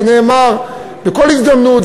זה נאמר בכל הזדמנות,